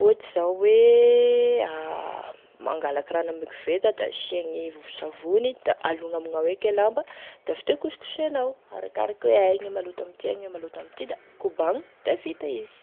ohatry zao hoe mangalaky rano ame koveta, da asiagny vovosavony da alogny amignao eky e lamba da avy teo kosikosenao arakaraky hoe aia gnee maloto amin'ity, aia gne maloto amin'ity, da kobagny da vita izy.